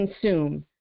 consume